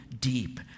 deep